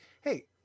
hey